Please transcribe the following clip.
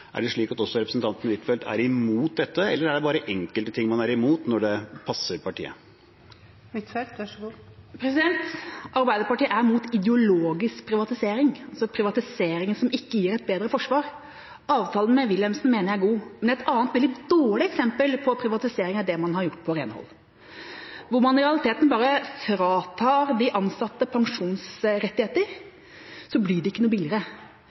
Er det slik at også representanten Huitfeldt er imot dette, eller er det bare enkelte ting man er imot når det passer partiet? Arbeiderpartiet er imot ideologisk privatisering – altså privatisering som ikke gir et bedre forsvar. Avtalen med Wilhelmsen mener jeg er god. Et veldig dårlig eksempel på privatisering er det man har gjort når det gjelder renhold, hvor man i realiteten bare fratar de ansatte pensjonsrettigheter, og så blir det ikke noe